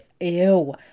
ew